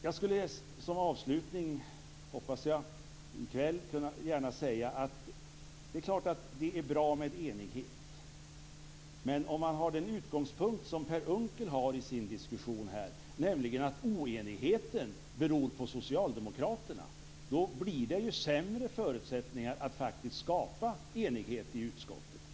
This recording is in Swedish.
Jag vill som avslutning i kväll, hoppas jag, gärna säga att det självklart är bra med enighet. Men om man har den utgångspunkt som Per Unckel har i diskussionen, nämligen att oenigheten beror på socialdemokraterna, blir det sämre förutsättningar att faktiskt skapa enighet i utskottet.